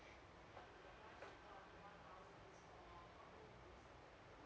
oh uh